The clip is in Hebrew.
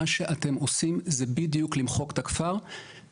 אבל מה שאתם עושים זה בדיוק למחוק את הכפר,